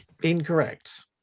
Incorrect